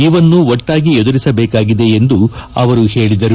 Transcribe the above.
ಇವನ್ನು ಒಟ್ಟಾಗಿ ಎದುರಿಸಬೇಕಾಗಿದೆ ಎಂದು ಅವರು ಹೇಳಿದ್ದಾರೆ